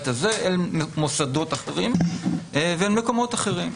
הזה אל מוסדות אחרים ואל מקומות אחרים.